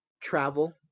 travel